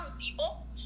people